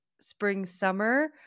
spring-summer